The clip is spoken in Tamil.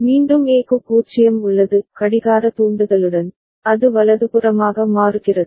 மீண்டும் A க்கு 0 உள்ளது கடிகார தூண்டுதலுடன் அது வலதுபுறமாக மாறுகிறது